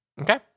Okay